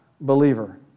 believer